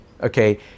okay